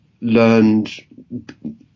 learned